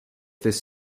this